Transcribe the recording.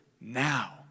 now